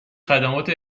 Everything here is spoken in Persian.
خدمات